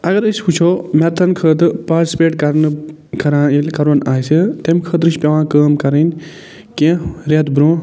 اگر أسۍ وٕچھو مرتھَن خٲطرٕ پاسٕپیٹ کرنہٕ کران ییٚلہِ کَرُن آسہِ تٔمۍ خٲطرٕ چھِ پٮ۪وان کٲم کَرٕنۍ کیٚنہہ ریٚتھ برونٛہہ